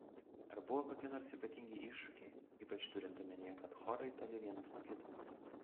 ar buvo kokie nors ypatingi iššūkiai ypač turint omenyje kad chorai toli vienas nuo kito